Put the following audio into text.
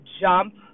jump